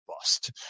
bust